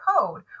code